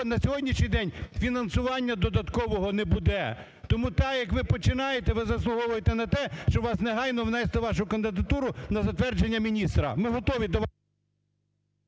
на сьогоднішній день фінансування додаткового не буде. Тому так, як ви починаєте, ви заслуговуєте на те, щоб вас негайно внесли, вашу кандидатуру на затвердження міністра. Ми готові…